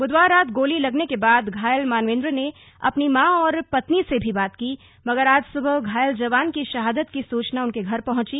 बुधवार रात गोली लगने के बाद घायल मानवेंद्र ने अपनी मां और पत्नि से भी बात की मगर आज सुबह घायल जवान की शहादत की सुचना उनके घर पहंची